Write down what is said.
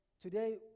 today